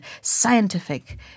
scientific